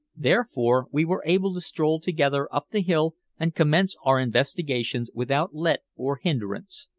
therefore we were able to stroll together up the hill and commence our investigations without let or hindrance.